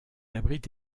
abrite